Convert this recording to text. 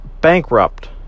bankrupt